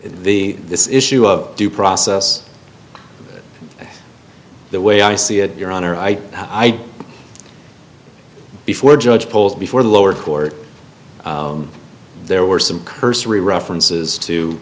the this issue of due process the way i see it your honor i i before judge polls before the lower court there were some cursory references to